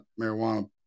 marijuana